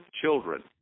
children